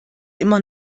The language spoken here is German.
immer